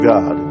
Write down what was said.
God